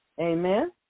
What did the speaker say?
Amen